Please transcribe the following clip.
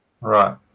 right